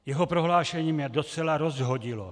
Jeho prohlášení mě docela rozhodilo.